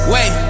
Wait